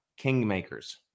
kingmakers